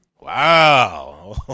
wow